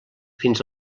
fins